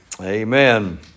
Amen